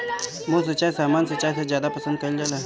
बूंद सिंचाई सामान्य सिंचाई से ज्यादा पसंद कईल जाला